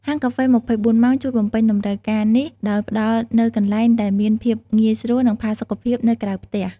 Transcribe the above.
ហាងកាហ្វេ ២៤ ម៉ោង ជួយបំពេញតម្រូវការនេះដោយផ្តល់នូវកន្លែងដែលមានភាពងាយស្រួល និងផាសុកភាពនៅក្រៅផ្ទះ។